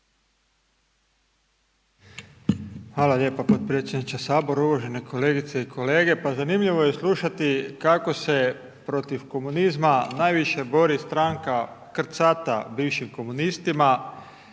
Hvala lijepo potpredsjedniče Sabora, uvažene kolegice i kolege. Zanimljivo je slušati kako se protiv komunizma, najviše bori stranka, krcata bivšim komunistima,